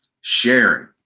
sharing